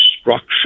structure